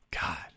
God